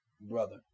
Brother